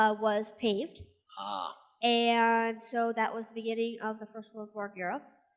ah was paved ah and so that was the beginning of the first world war of europe.